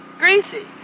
greasy